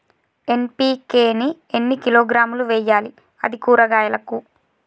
NPK ని ఎన్ని కిలోగ్రాములు వెయ్యాలి? అది కూరగాయలకు?